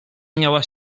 miała